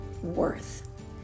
worth